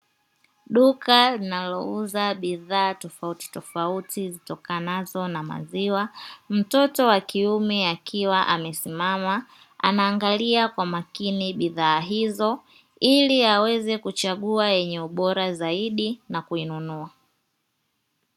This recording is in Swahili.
Duka linalouza bidhaa tofautitofauti zitokanazo na maziwa, mtoto wa kiume akiwa amesimama anaangalia kwa makini bidhaa hizo, ili aweze kuchagua yenye ubora zaidi na kuinunua.